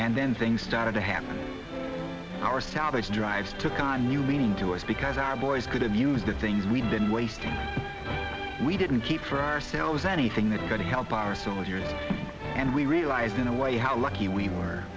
and then things started to happen our salvage drives took on new meaning to us because our boys couldn't use the things we didn't waste we didn't keep for ourselves anything that could help our soldiers and we realized in a way how lucky we were